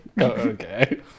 okay